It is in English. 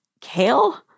kale